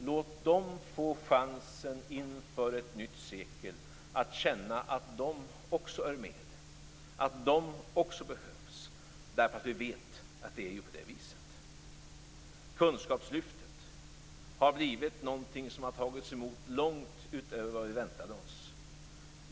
Låt dem få chansen inför ett nytt sekel att känna att de också är med, att de också behövs. Vi vet ju att det är på det viset. Kunskapslyftet har blivit något som har tagits emot långt utöver vad vi väntade oss.